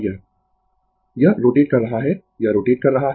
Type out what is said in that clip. Refer Slide Time 1145 यह rotate कर रहा है यह रोटेट कर रहा है